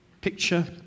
picture